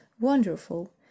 wonderful